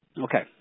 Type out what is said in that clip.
Okay